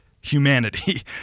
humanity